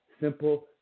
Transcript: simple